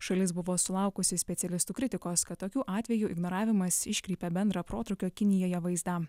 šalis buvo sulaukusi specialistų kritikos kad tokių atvejų ignoravimas iškreipia bendrą protrūkio kinijoje vaizdą